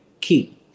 key